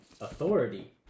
authority